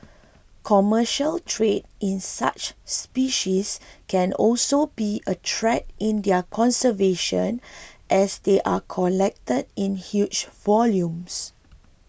commercial trade in such species can also be a threat to their conservation as they are collected in huge volumes